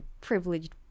privileged